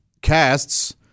casts